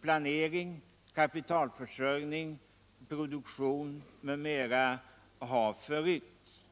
planering, kapitalförsörjning, produktion m.m. förrycktes.